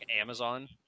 Amazon